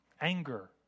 Anger